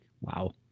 wow